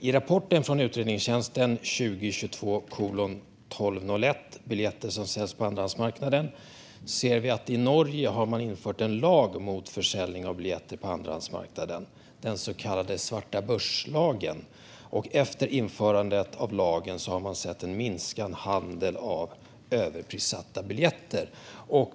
I utredningstjänstens rapport 2022:1201 om biljetter som säljs på andrahandsmarknaden ser vi att man i Norge har infört en lag mot försäljning av biljetter på andrahandsmarknaden, den så kallade svartabörslagen. Efter införandet av lagen har man sett minskad handel av överprissatta biljetter.